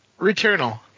Returnal